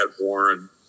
Warren